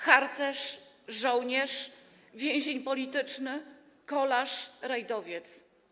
Harcerz, żołnierz, więzień polityczny, kolarz, rajdowiec.